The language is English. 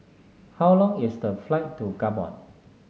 how long is the flight to Gabon